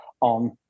on